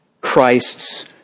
Christ's